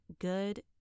good